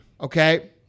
Okay